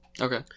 Okay